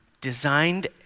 designed